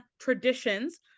traditions